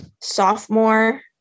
sophomore